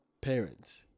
parents